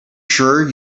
sure